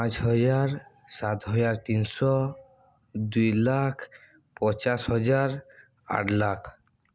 ପାଞ୍ଚ ହଜାର ସାତହଜାର ତିନିଶହ ଦୁଇ ଲାକ୍ଷ ପଚାଶ ହଜାର ଆଠ ଲାକ୍ଷ